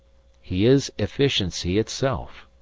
he is efficiency itself!